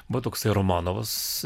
buvo toksai romanovas